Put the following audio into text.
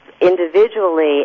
individually